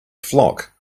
flock